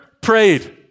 prayed